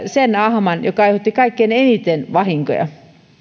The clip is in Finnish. sen ahman joka aiheutti kaikkein eniten vahinkoja